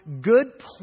good